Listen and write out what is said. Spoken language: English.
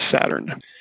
Saturn